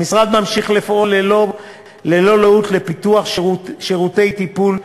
המשרד ממשיך לפעול ללא לאות לפיתוח שירותי טיפול,